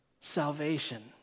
Salvation